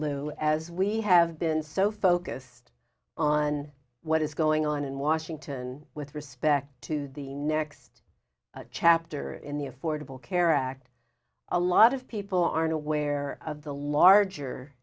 lou as we have been so focused on what is going on in washington with respect to the next chapter in the affordable care act a lot of people aren't aware of the larger